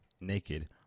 naked